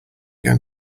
going